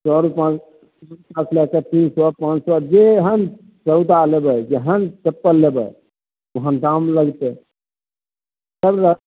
सए रुपा तीन सए पॉँच सए जेहन जुत्ता लेबै जेहन चप्पल लेबै तेहन दाम लगतै